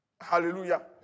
Hallelujah